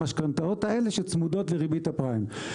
המשכנתאות האלה שצמודות לריבית הפריים.